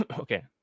Okay